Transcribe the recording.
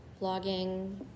vlogging